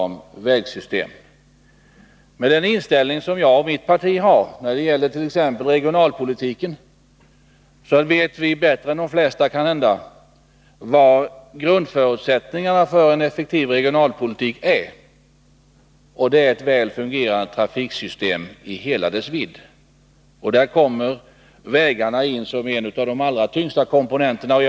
Med den inställning som jag och mitt parti har till regionalpolitiken vet vi kanske bättre än de flesta att grundförutsättningarna för en effektiv regionalpolitik är ett väl fungerande trafiksystem. Där kommer vägarna in som en av de tyngre komponenterna.